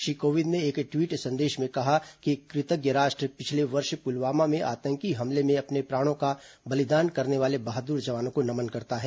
श्री कोविंद ने एक ट्वीट में कहा कि कृतज्ञ राष्ट्र पिछले वर्ष पुलवामा में आतंकी हमले में अपने प्राणों का बलिदान करने वाले बहादुर जवानों को नमन करता है